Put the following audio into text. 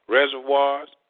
reservoirs